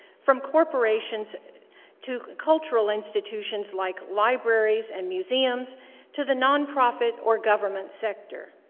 from corporations to cultural institutions like libraries and museums to the nonprofit or government sector.